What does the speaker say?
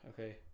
Okay